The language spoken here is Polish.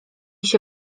się